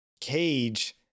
cage